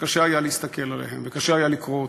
שקשה היה להסתכל עליהם וקשה היה לקרוא אותם.